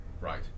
right